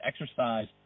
exercise